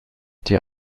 der